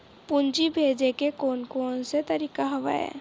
पूंजी भेजे के कोन कोन से तरीका हवय?